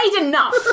enough